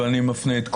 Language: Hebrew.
ואני מפנה את כולנו.